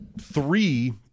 three